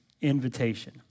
invitation